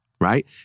right